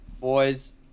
boys